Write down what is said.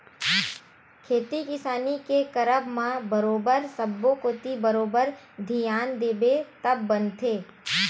खेती किसानी के करब म बरोबर सब्बो कोती बरोबर धियान देबे तब बनथे